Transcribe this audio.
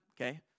okay